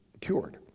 cured